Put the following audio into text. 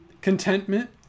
contentment